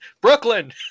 Brooklyn